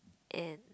and